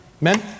Men